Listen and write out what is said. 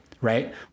right